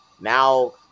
now